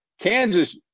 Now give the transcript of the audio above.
Kansas